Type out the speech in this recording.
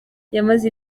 yamaze